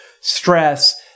stress